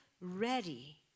ready